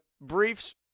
briefs